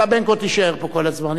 אתה בין כה תישאר פה כל הזמן.